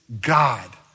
God